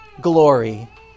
glory